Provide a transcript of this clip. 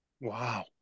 Wow